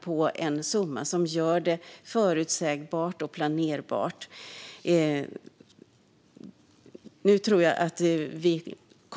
Det handlar om att göra det förutsägbart och planerbart.